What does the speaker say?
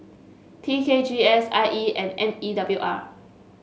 T K G S I E and M E W R